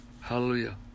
Hallelujah